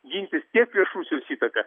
gintis prieš rusijos įtaką